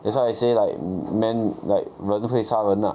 that's why I say like men like 人会杀人 lah